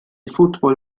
football